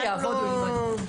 יעבוד או ילמד.